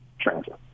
transfer